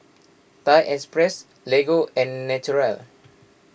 Thai Express Lego and Naturel